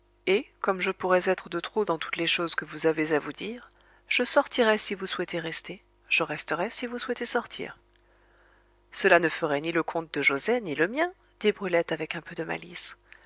et comme je pourrais être de trop dans toutes les choses que vous avez à vous dire je sortirai si vous souhaitez rester je resterai si vous souhaitez sortir cela ne ferait ni le compte de joset ni le mien dit brulette avec un peu de malice